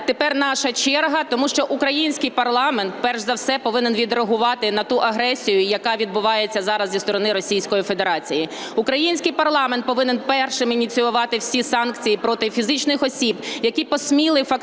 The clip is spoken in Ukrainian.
тепер наша черга, тому що український парламент перш за все повинен відреагувати на ту агресію, яка відбувається зараз зі сторони Російської Федерації. Український парламент повинен першим ініціювати всі санкції проти фізичних осіб, які посміли фактично